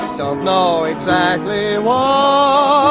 don't know exactly um ah